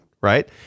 Right